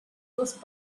those